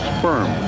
Sperm